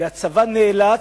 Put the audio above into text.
והצבא נאלץ,